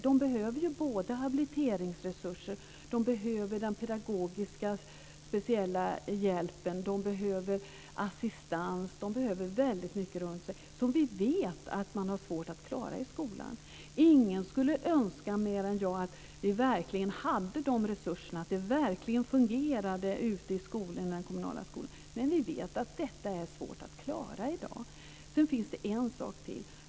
De behöver habiliteringsresurser, speciell pedagogisk hjälp, assistans och väldigt många andra saker runt sig. Och vi vet att man har svårt att klara detta i skolan. Jag önskar verkligen att vi hade de resurserna och det verkligen fungerade ute i den kommunala skolan, men vi vet att det är svårt att klara detta i dag. Sedan finns det en sak till.